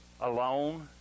alone